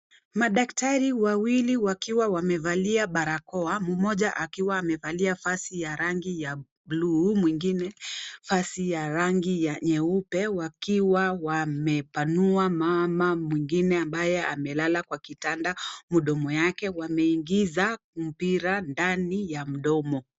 Madaktari wawili wakiwa wamevalia barakoa , mmoja akiwa amevalia vazi ya rangi ya bluu mwingine vazi ya rangi nyeupe wakiwa wamepanua mama mwingine ambaye amelala kwa kitanda mdomo yake wameingiza mpira ndani ya mdomo.